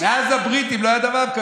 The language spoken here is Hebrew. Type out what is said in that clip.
אתה יודע שמאז הבריטים לא היה מצב כזה,